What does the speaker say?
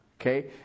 Okay